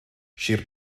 sir